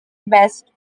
best